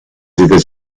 états